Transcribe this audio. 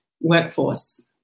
workforce